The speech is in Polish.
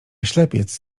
ślepiec